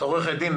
את עורכת דין.